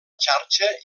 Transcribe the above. xarxa